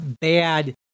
bad